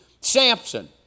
Samson